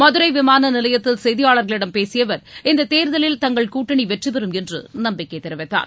மதுரை விமான நிலையத்தில் செய்தியாளர்களிடம் பேசிய அவர் இந்த தேர்தலில் தங்கள் கூட்டணி வெற்றிபெறும் என்று நம்பிக்கை தெரிவித்தார்